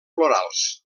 florals